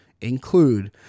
include